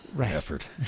effort